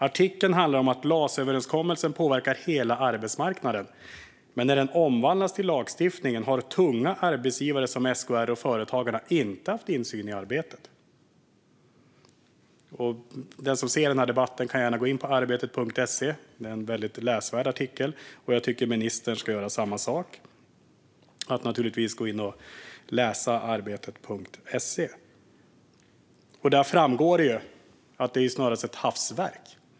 Artikeln handlar om att LAS-överenskommelsen påverkar hela arbetsmarknaden men att tunga arbetsgivare som SKR och Företagarna inte har insyn i arbetet med lagstiftningen. Den som ser denna debatt kan gärna gå in på Arbetet.se, för artikeln är väldigt läsvärd. Jag tycker att ministern ska göra detsamma. Här framgår att detta snarast är ett hafsverk.